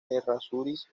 errázuriz